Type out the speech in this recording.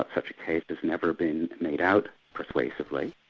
but such a case has never been made out persuasively.